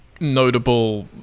notable